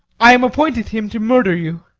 i am appointed him to murder you.